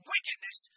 Wickedness